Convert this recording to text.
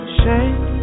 shame